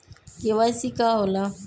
KYC का होला?